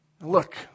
Look